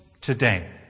today